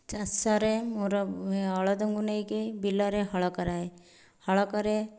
ଚାଷରେ ମୋର ବଳଦଙ୍କୁ ନେଇକି ବିଲରେ ହଳ କରାଏ ହଳ କରେ